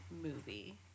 movie